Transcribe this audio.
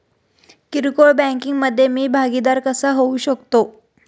किरकोळ बँकिंग मधे मी भागीदार कसा होऊ शकतो?